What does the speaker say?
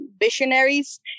visionaries